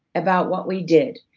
about what we did.